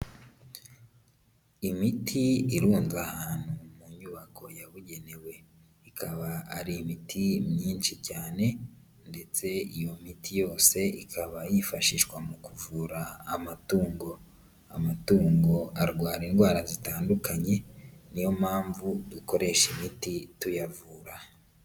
Imiti irunze ahantu mu nyubako yabugenewe, ikaba ari imiti myinshi cyane ndetse iyo miti yose ikaba yifashishwa mu kuvura amatungo, amatungo arwara indwara zitandukanye ni yo mpamvu dukoresha imiti tuyavura.